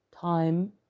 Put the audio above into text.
time